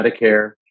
Medicare